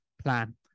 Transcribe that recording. plan